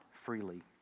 freely